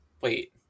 wait